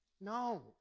No